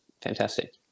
fantastic